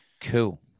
Cool